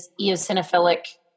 eosinophilic